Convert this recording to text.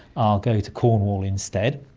i'll go to cornwall instead.